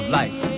life